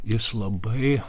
jis labai